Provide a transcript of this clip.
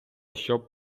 щоб